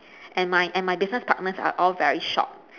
and my and my business partners are all very shocked